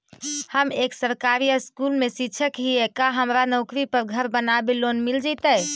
हम एक सरकारी स्कूल में शिक्षक हियै का हमरा नौकरी पर घर बनाबे लोन मिल जितै?